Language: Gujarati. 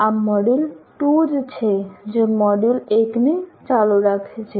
આ મોડ્યુલ2 છે જે મોડ્યુલ1 ને ચાલુ રાખે છે